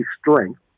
strength